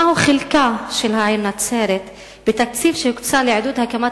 מהו חלקה של העיר נצרת בתקציב שהוקצה לעידוד הקמת